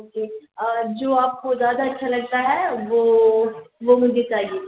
okay جو آپ کو زیادہ اچھا لگتا ہے وہ وہ مجھے چاہیے